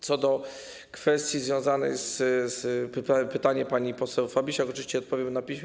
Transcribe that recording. Co do kwestii związanych z pytaniem pani poseł Fabisiak oczywiście odpowiem na piśmie.